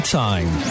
time